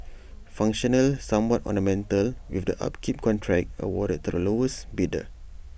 functional somewhat ornamental with the upkeep contract awarded to the lowest bidder